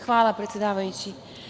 Hvala, predsedavajući.